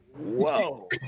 Whoa